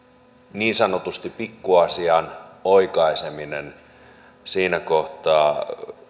niin sanotusti pikku asian oikaiseminen siinä kohtaa